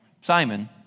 Simon